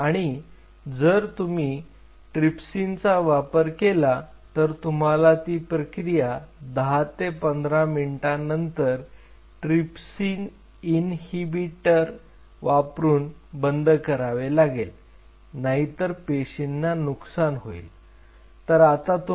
आणि जर तुम्ही ट्रीपसिनचा वापर केला तर तुम्हाला ती प्रक्रिया दहा ते पंधरा मिनिटानंतर ट्रीपसिन इनहिबीटर वापरून बंद करावे लागेल नाहीतर पेशींना नुकसान होईल